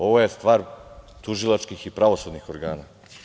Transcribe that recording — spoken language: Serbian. Ovo je stvar tužilačkih i pravosudnih organa.